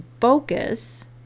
focus